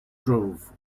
drove